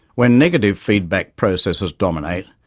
when negative feedback processes dominate,